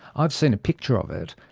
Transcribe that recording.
i've seen a picture of it,